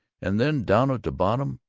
and then down at the bottom,